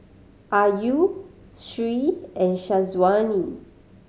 Ayu Sri and Syazwani